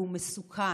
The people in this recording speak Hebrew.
והוא מסוכן,